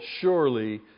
surely